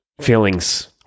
feelings